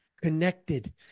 connected